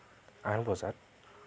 আঠ বজাত